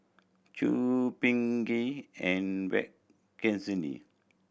Choor Pingali and Verghese